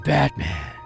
Batman